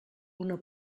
una